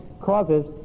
causes